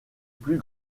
plus